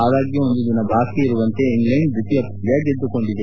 ಆದಾಗ್ಡೂ ಒಂದು ದಿನ ಬಾಕಿ ಇರುವಂತೆಯೇ ಇಂಗ್ಲೆಂಡ್ ದ್ವಿತೀಯ ಪಂದ್ಯ ಗೆದ್ದುಕೊಂಡಿದೆ